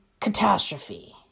catastrophe